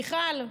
מיכל,